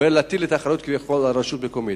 ולהטיל את האחריות כביכול על הרשות המקומית.